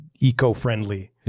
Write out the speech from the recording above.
eco-friendly